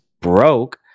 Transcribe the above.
broke